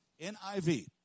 NIV